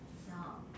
ya